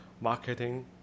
Marketing